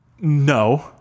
no